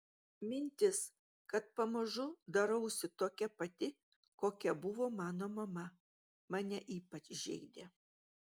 mintis kad pamažu darausi tokia pati kokia buvo mano mama mane ypač žeidė